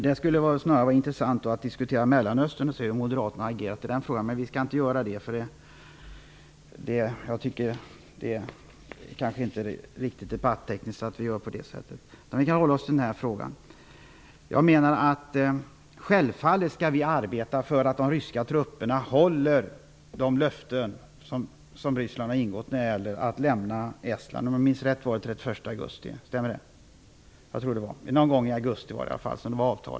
Det skulle faktiskt vara intressant att diskutera frågan om Mellanöstern och se hur moderaterna agerar i det fallet. Vi skall dock inte göra det, eftersom det inte är debattekniskt riktigt att ta upp den frågan nu. Självfallet skall vi arbeta för att de ryska trupperna håller de löften som Ryssland har gett om att man skall lämna Estland. Det är avtalat att det skall ske under augusti.